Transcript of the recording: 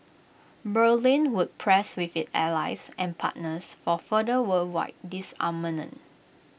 Berlin would press with its allies and partners for further worldwide disarmament